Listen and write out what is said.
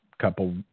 couple